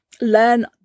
learn